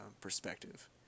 perspective